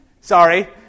Sorry